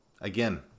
Again